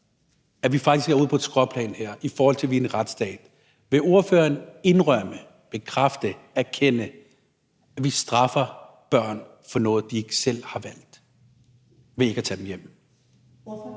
at vi faktisk er ude på et skråplan her, i forhold til at vi er en retsstat? Vil ordføreren indrømme, bekræfte, erkende, at vi straffer børn for noget, de ikke selv har valgt, ved ikke at tage dem hjem?